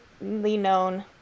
known